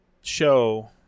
show